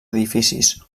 edificis